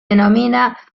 denomina